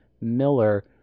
Miller